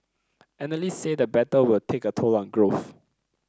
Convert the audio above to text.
analysts say the battle will take a toll on growth